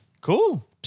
Cool